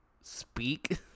speak